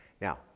Now